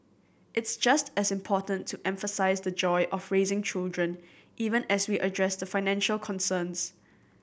it's just as important to emphasise the joy of raising children even as we address the financial concerns